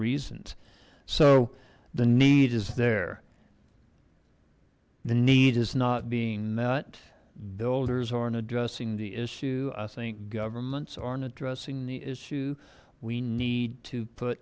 reasons so the need is there the need is not being met builders aren't addressing the issue i think governments aren't addressing the issue we need to put